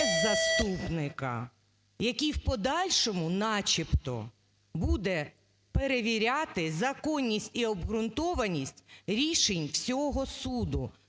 заступника, який в подальшому, начебто буде перевіряти законність і обґрунтованість рішень всього суду.